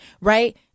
right